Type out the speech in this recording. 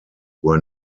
were